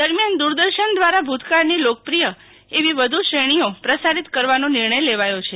દરમિયાન દુરદર્શન દ્વારા ભુ તકાળની લોકપ્રિય એવી વધુ શ્રેણીઓ પ્રસારીત કરવાનો નિર્ણય લેવાયો છે